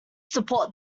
support